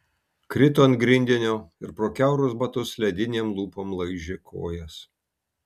krito ant grindinio ir pro kiaurus batus ledinėm lūpom laižė kojas